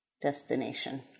Destination